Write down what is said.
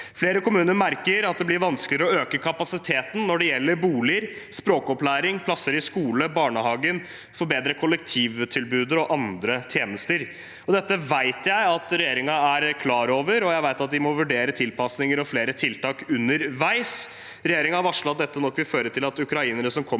Flere kommuner merker at det blir vanskeligere å øke kapasiteten når det gjelder boliger, språkopplæring, plasser i skole og barnehage og å forbedre kollektivtilbudet og andre tjenester. Dette vet jeg at regjeringen er klar over, og jeg vet at de må vurdere tilpasninger og flere tiltak underveis. Regjeringen har varslet at dette nok vil føre til at ukrainere som kommer